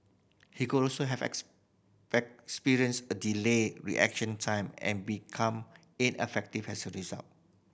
he could also have a delayed reaction time and become ineffective as a result